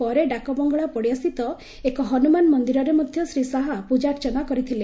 ପରେ ଡାକବଙ୍ଗଳା ପଡ଼ିଆ ସ୍ଥିତ ଏକ ହନୁମାନ ମନ୍ଦିରରେ ମଧ୍ୟ ଶ୍ରୀ ଶାହା ପ୍ରଜାର୍ଚ୍ଚନା କରିଥିଲେ